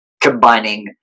combining